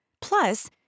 Plus